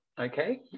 Okay